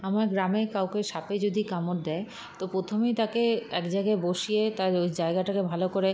আমার গ্রামে কাউকে সাপে যদি কামড় দেয় তো প্রথমেই তাকে এক জায়গায় বসিয়ে তার ওই জায়গাটাকে ভালো করে